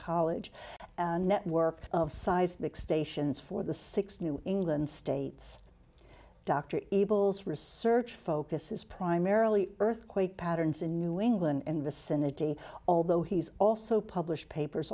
college network of seismic stations for the six new england states dr evil's research focuses primarily earthquake patterns in new england and vicinity although he's also published papers